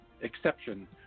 exception